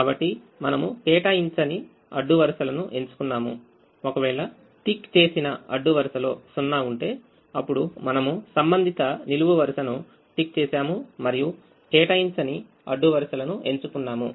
కాబట్టి మనము కేటాయించని అడ్డు వరుసలను ఎంచుకున్నాము ఒకవేళ టిక్ చేసినఅడ్డు వరుసలో 0 ఉంటే అప్పుడుమనము సంబంధిత నిలువు వరుసను టిక్ చేసాముమరియు కేటాయించని అడ్డు వరుసలను ఎంచుకున్నాము